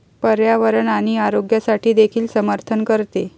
पर्यावरण आणि आरोग्यासाठी देखील समर्थन करते